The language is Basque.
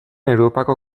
europako